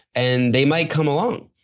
and they might come along,